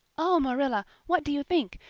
oh, marilla, what do you think?